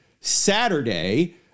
Saturday